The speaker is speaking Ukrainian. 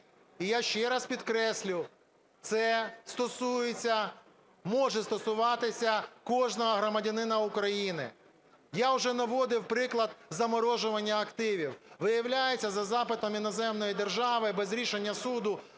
І я ще раз підкреслю, це стосується, може стосуватися, кожного громадянина України. Я вже наводив приклад заморожування активів. Виявляється, за запитом іноземної держави без рішення суду